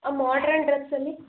modern ಡೆಸ್ಸಲ್ಲಿ